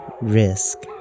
risk